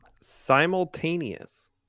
Simultaneous